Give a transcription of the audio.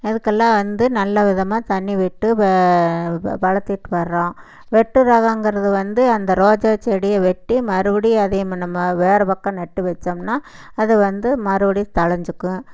அதுக்கெல்லாம் வந்து நல்ல விதமாக தண்ணி விட்டு வளர்த்துட்டு வரோம் ஒட்டு ரகங்கிறது வந்து அந்த ரோஜா செடியை வெட்டி மறுபடி அதையும் நம்ம வேறே பக்கம் நட்டு வெச்சோம்னால் அது வந்து மறுபடியும் தழைஞ்சிக்கும்